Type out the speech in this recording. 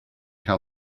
how